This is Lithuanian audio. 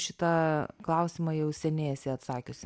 šitą klausimą jau seniai esi atsakiusi